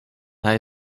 hij